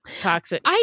Toxic